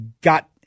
got